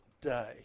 day